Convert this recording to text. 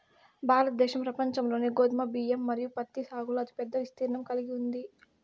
భారతదేశం ప్రపంచంలోనే గోధుమ, బియ్యం మరియు పత్తి సాగులో అతిపెద్ద విస్తీర్ణం కలిగి ఉంది